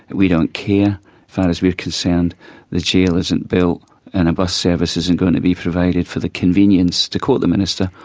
and we don't care. as far as we're concerned the jail isn't built and a bus service isn't going to be provided for the convenience, to quote the minister,